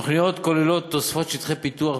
התוכניות כוללות תוספת שטחי פיתוח